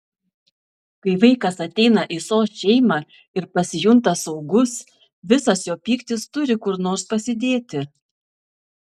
kai vaikas ateina į sos šeimą ir pasijunta saugus visas jo pyktis turi kur nors pasidėti